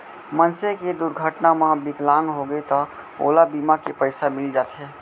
मनसे के दुरघटना म बिकलांग होगे त ओला बीमा के पइसा मिल जाथे